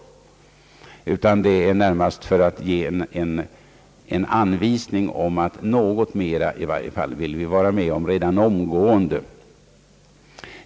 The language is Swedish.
Vi har närmast gjort det för att visa att vi omgående vill vara med om att anvisa något mer än man hittills gjort.